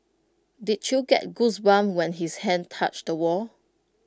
did you get goosebumps when his hand touched the wall